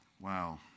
Wow